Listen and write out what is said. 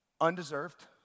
undeserved